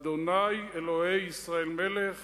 ה' אלוהי ישראל מלך